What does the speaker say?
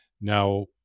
Now